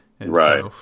right